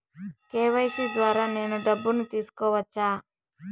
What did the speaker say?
KYC ద్వారా నేను డబ్బును తీసుకోవచ్చా?